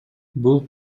бул